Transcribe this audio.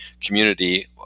community